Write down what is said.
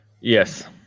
Yes